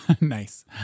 Nice